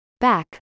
back